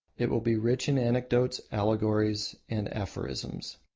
it will be rich in anecdotes, allegories, and aphorisms.